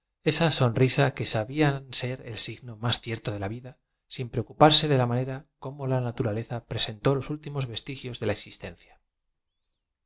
esa sonrisa que sabían ser el signo más cierto de la vid a sin p re ocuparse de la manera cómo la naturaleza presentó los últimos vestigios de la existencia